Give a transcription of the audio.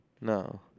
No